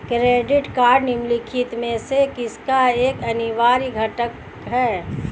Credit card निम्नलिखित में से किसका एक अनिवार्य घटक है?